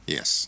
Yes